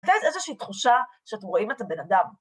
זה איזושהי תחושה שאתם רואים את הבן אדם.